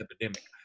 epidemic